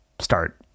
start